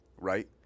Right